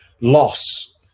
loss